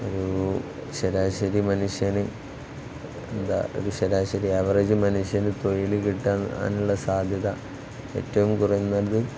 ഒരു ശരാശരി മനുഷ്യന് എന്താണ് ഒരു ശരാശരി ആവറേജ് മനുഷ്യന് തൊഴില് കിട്ടാനുള്ള സാധ്യത ഏറ്റവും കുറഞ്ഞത്